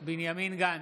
גנץ,